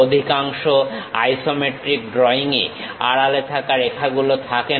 অধিকাংশ isometric drawing এ আড়ালে থাকা রেখাগুলো থাকেনা